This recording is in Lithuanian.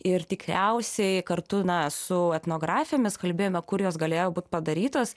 ir tikriausiai kartu na su etnografėmis kalbėjom kurios galėjo būt padarytos